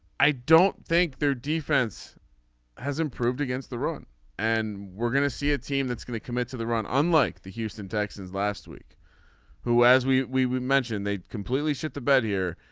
i don't think their defense has improved against the run and we're gonna see a team that's going to commit to the run unlike the houston texans last week who as we we mentioned they completely shit the bed here.